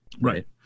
Right